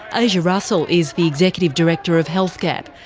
and asia russell is the executive director of health gap,